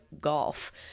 Golf